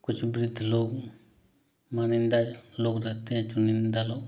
कुछ वृद्ध लोग मानिंदा लोग रहते हैं चुनिंदा लोग